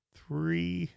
three